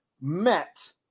met